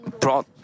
brought